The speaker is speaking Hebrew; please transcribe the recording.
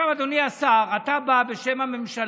עכשיו, אדוני השר, אתה בא בשם הממשלה,